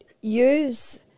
use